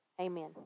Amen